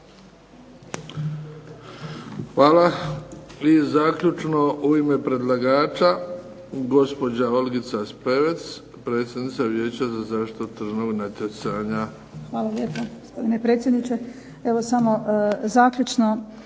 Hvala. I zaključno u ime predlagača gospođa Olgica Spevec, predsjednica Vijeća za zaštitu tržišnog natjecanja. **Spevec, Olgica** Hvala lijepo gospodine predsjedniče. Evo samo zaključno.